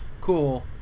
cool